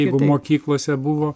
jeigu mokyklose buvo